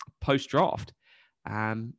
post-draft